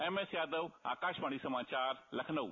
MS Yadav Akashvani समाचार लखनऊ